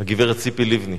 הגברת ציפי לבני.